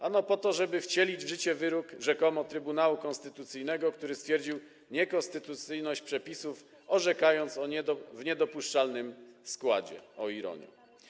Ano po to żeby wcielić w życie wyrok rzekomo Trybunału Konstytucyjnego, który stwierdził niekonstytucyjność przepisów, orzekając w niedopuszczalnym składzie, o ironio.